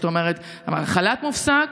זאת אומרת, החל"ת מופסק,